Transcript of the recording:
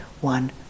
one